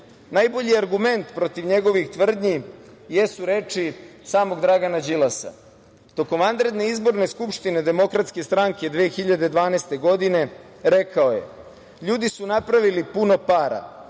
Najbolji argument protiv njegovih tvrdi jesu reči samog Dragana Đilasa. Tokom vanredne izborne skupštine DS 2012. godine, rekao je – ljudi su napravili puno para